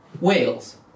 Wales